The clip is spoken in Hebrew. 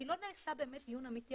כי לא נעשה באמת דיון אמיתי,